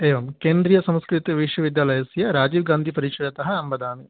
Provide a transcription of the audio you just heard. एवं केन्द्रीयसंस्कृतविश्वविद्यालयस्य राजीवगान्धीपरिसरतः अहं वदामि